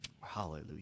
Hallelujah